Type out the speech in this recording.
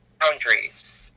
boundaries